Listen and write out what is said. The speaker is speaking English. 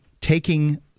taking